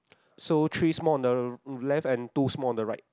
so three small on the left and two small on the right